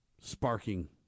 sparking